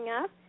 up